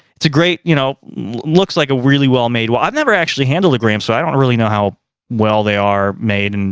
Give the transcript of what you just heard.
it's a great, you know, looks like a really well-made. well, i've never actually handled a graham, so i don't really know how well they are made, and